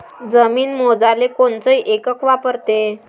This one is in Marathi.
जमीन मोजाले कोनचं एकक वापरते?